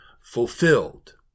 fulfilled